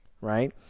right